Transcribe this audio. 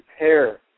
repair